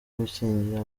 gukingira